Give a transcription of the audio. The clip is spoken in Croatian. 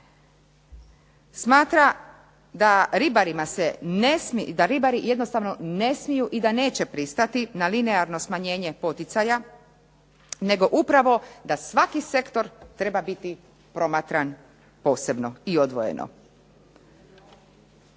Smatra da ribari jednostavno ne smiju i da neće pristati na linearno smanjenje poticaja nego upravo da svaki sektor treba biti promatram posebno i odvojeno.